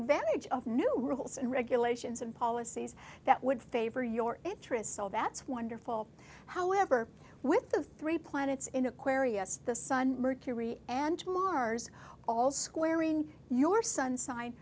advantage of new rules and regulations and policies that would favor your interests so that's wonderful however with the three planets in aquarius the sun mercury and mars all square in your sun sign